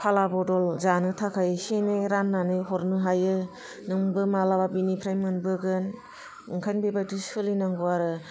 फाला बदल जानो थाखाय एसे एनै रान्नानै हरनो हायो नोंबो मालाबा बिनिफ्राय मोनबोगोन ओंखायनो बेबायदि सोलिनांगौ आरो